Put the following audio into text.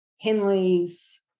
Henley's